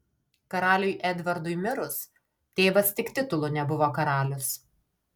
karaliui edvardui mirus tėvas tik titulu nebuvo karalius